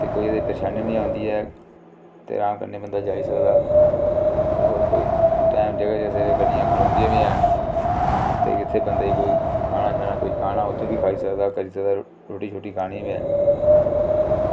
ते कोई एह्दे ई परेशानी बी नेईं आंदी ऐ ते आराम कन्नै बंदा जाई सकदा होर कई टैम टेबल दे गड्डियां खड़ोंदियां बी हैन ते जित्थें बंदे ई कोई ते इत्थें बंदे ई कोई खाना खाना बी खाई सकदा कोई जिस रुट्टी खानी होऐ